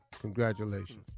Congratulations